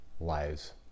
lives